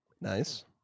Nice